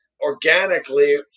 organically